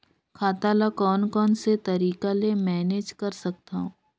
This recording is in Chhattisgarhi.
खाता ल कौन कौन से तरीका ले मैनेज कर सकथव?